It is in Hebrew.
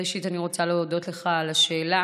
ראשית, אני רוצה להודות לך על השאלה.